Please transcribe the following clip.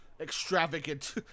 extravagant